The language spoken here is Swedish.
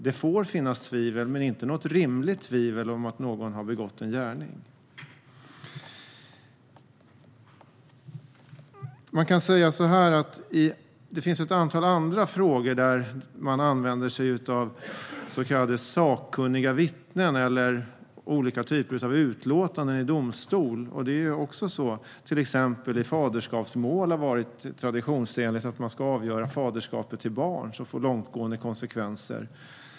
Det får finnas tvivel, men inte något rimligt tvivel, om att någon har begått en gärning. Det finns ett antal andra frågor där man använder sig av så kallade sakkunniga vittnen eller olika typer av utlåtanden i domstol. Det har varit tradition i till exempel faderskapsmål när faderskap till barn ska avgöras, vilket har kunnat få långtgående konsekvenser.